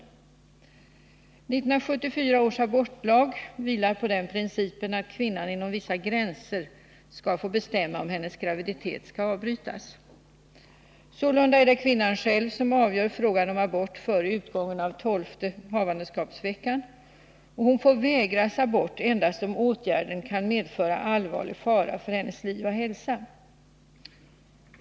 1974 års abortlag vilar på den principen att kvinnan inom vissa gränser skall få bestämma, om hennes graviditet skall avbrytas. Sålunda är det kvinnan själv som avgör frågan om abort före utgången av tolfte havandeskapsveckan. Hon får vägras abort endast om åtgärden kan medföra allvarlig fara för hennes liv och hälsa.